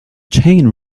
chain